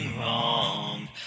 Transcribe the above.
wrong